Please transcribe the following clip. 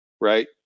right